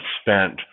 spent